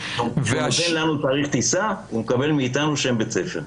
כשהוא נותן לנו תאריך טיסה הוא מקבל מאיתנו שם בית ספר.